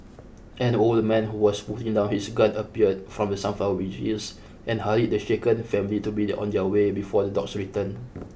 an old man who was putting down his gun appeared from the sunflower and hurried the shaken family to be on their way before the dogs return